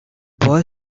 boy